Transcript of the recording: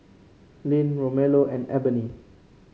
Lynn Romello and Eboni